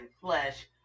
flesh